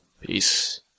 Peace